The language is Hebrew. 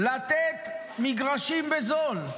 לתת מגרשים בזול,